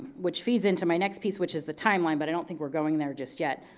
which feeds into my next piece which is the timeline but i don't think we're going there just yet.